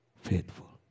faithful